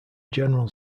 general